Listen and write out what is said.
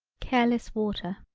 careless water.